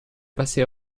passer